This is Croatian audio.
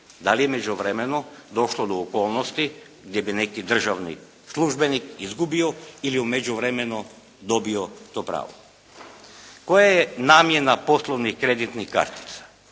da li je u međuvremenu došlo do okolnosti gdje bi neki državni službenik izgubio ili u međuvremenu dobio to pravo. Koja je namjena poslovnih kreditnih kartica?